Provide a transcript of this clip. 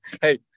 Hey